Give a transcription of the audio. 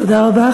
תודה רבה.